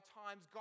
times